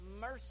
mercy